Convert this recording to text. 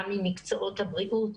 גם ממקצועות הבריאות,